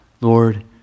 Lord